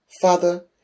Father